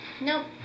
Nope